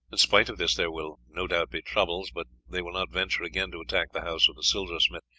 in spite of this there will no doubt be troubles but they will not venture again to attack the house of the silversmith,